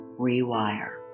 rewire